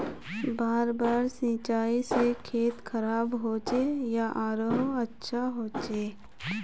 बार बार सिंचाई से खेत खराब होचे या आरोहो अच्छा होचए?